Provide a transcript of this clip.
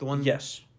Yes